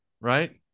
right